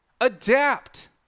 Adapt